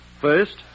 First